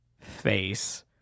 face